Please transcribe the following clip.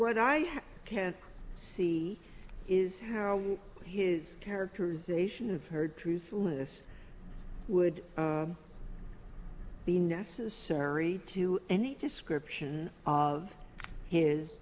write i can't see is how his characterization of heard truthfulness would be necessary to any description of his